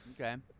Okay